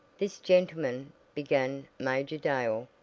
this gentleman, began major dale,